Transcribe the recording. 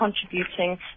contributing